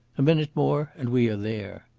a minute more and we are there.